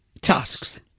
Tusks